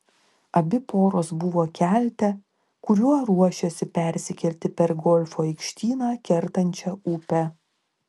abi poros buvo kelte kuriuo ruošėsi persikelti per golfo aikštyną kertančią upę